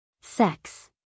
Sex